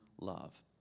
love